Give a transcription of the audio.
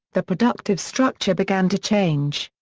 the productive structure began to change.